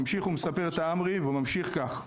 ממשיך ומספר תעמרי והוא ממשיך כך,